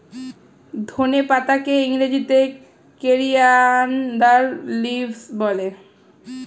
ধনে পাতাকে ইংরেজিতে কোরিয়ানদার লিভস বলে